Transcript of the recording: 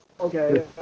Okay